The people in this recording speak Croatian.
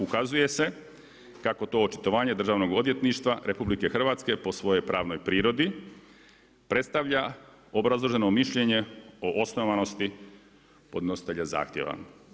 Ukazuje se kako to očitovanje Državnog odvjetništva RH, po svojoj pravnoj prirodi predstavlja obrazloženo mišljenje o osnovanosti podnositelja zahtjeva.